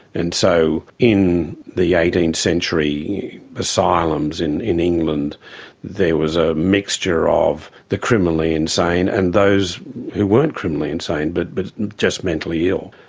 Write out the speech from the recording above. and so in the eighteenth-century asylums in in england there was a mixture of the criminally insane and those who weren't criminally insane but but just mentally ill.